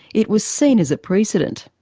it was seen as a precedent.